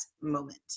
moment